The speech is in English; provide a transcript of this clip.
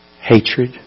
hatred